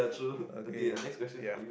okay ya